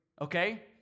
Okay